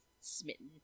Smitten